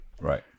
right